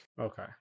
Okay